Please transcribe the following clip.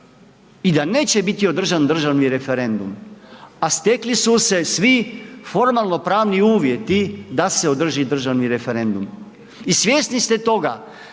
i da neće biti održan državni referendum, a stekli su se svi formalnopravni uvjeti da se održi državni referendum i svjesni ste toga